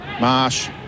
Marsh